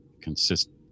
consistent